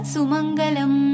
Sumangalam